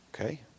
okay